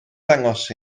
dangos